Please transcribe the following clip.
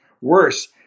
worse